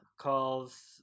calls